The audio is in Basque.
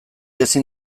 ezin